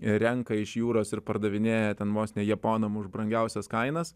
renka iš jūros ir pardavinėja ten vos ne japonam už brangiausias kainas